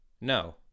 No